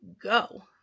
go